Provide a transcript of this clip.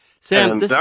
Sam